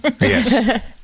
Yes